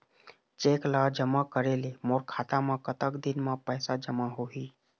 Cheque ला जमा करे ले मोर खाता मा कतक दिन मा पैसा जमा होही?